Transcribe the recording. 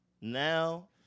Now